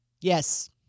Yes